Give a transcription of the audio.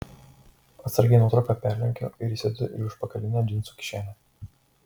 atsargiai nuotrauką perlenkiu ir įsidedu į užpakalinę džinsų kišenę